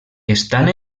estan